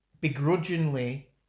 begrudgingly